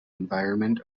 environment